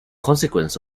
consequence